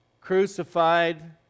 crucified